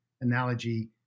analogy